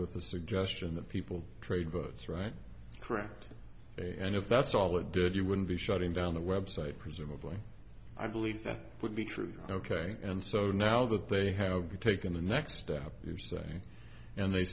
with a suggestion that people trade votes right correct and if that's all it did you wouldn't be shutting down the website presumably i believe that would be true ok and so now that they have taken the next step you say and they